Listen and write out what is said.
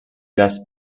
gas